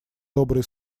добрые